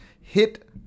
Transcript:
hit